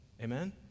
Amen